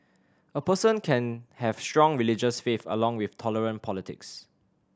a person can have strong religious faith along with tolerant politics